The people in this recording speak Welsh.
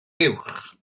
uwch